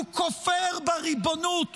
הוא כופר בריבונות